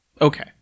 Okay